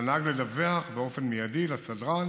על הנהג לדווח באופן מיידי לסדרן,